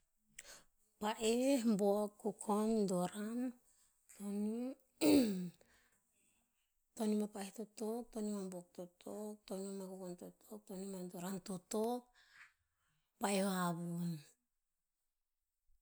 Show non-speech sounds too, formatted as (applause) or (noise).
Pa'eh, buok, kukon, doran, tonium, (noise) tonium mea pa'eh to tok, tonium mea buok to tok, tonium mea kukon to tok, tonium mea doran to tok, pa'eh a havun.